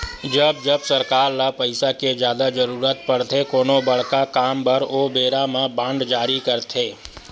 जब जब सरकार ल पइसा के जादा जरुरत पड़थे कोनो बड़का काम बर ओ बेरा म बांड जारी करथे